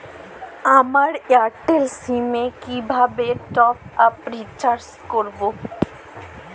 আমার Airtel sim এ কিভাবে টপ আপ রিচার্জ করবো?